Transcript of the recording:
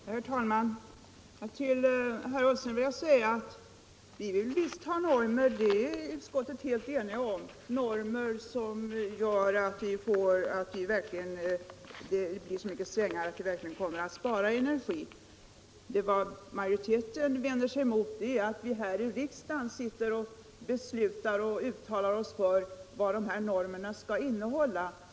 Herr talman! Till herr Ullsten vill jag säga att vi visst vill ha normer, det är utskottet helt enigt om, normer som innebär skärpning och som gör att vi verkligen kommer att spara energi. Vad majoriteten vänder sig mot är att vi här i riksdagen beslutar om och uttalar oss för vad de här normerna skall innehålla.